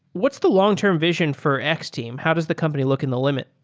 what's the long-term vision for x-team? how does the company look in the limit?